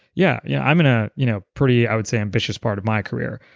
yeah yeah, i'm in a you know pretty, i would say, ambitious part of my career,